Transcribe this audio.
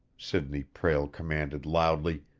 sidney prale commanded loudly,